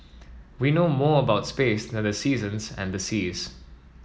we know more about space than the seasons and the seas